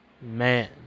Man